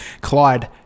Clyde